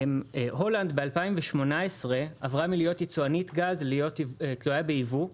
הולנד עברה ב-2018 מהיותה יצואנית גז להיות תלויה ביבוא.